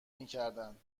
میکردند